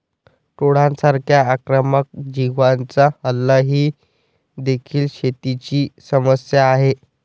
टोळांसारख्या आक्रमक जीवांचा हल्ला ही देखील शेतीची समस्या आहे